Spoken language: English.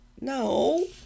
No